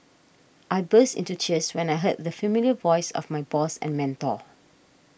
I burst into tears when I heard the familiar voice of my boss and mentor